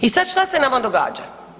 I sad šta se nama događa?